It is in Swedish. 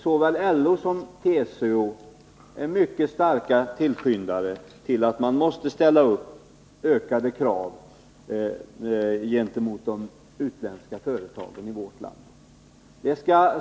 Såväl LO som TCO är mycket starka tillskyndare av att man måste ställa ökade krav gentemot de utländska företagen i vårt land.